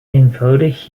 eenvoudig